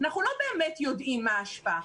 אנחנו לא באמת יודעים מה ההשפעה.